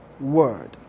word